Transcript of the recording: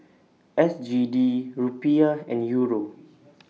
S G D Rupiah and Euro